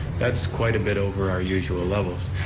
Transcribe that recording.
that's quite a bit over our usual levels,